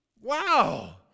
Wow